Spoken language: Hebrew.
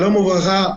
שלום וברכה.